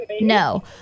No